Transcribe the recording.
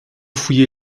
fouillé